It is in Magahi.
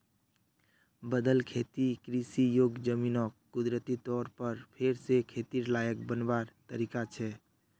बदल खेतिर कृषि योग्य ज़मीनोक कुदरती तौर पर फेर से खेतिर लायक बनवार तरीका छे